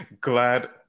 glad